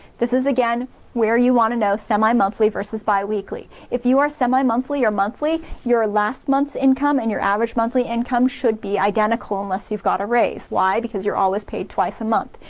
this is again where you wanna know semi-monthly versus biweekly. biweekly. if you are semi-monthly or monthly, your last month's income and your average monthly income should be identical unless you've got a raise. why? because you're always paid twice a month.